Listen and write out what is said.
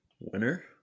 Winner